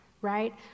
right